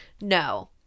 no